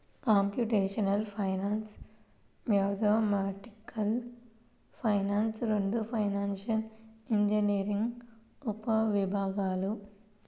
computational finance, mathematical finance రెండూ financial engineering ఉపవిభాగాలు